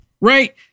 Right